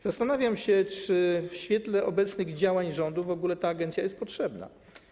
Zastanawiam się, czy w świetle obecnych działań rządu w ogóle ta agencja jest potrzebna.